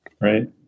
Right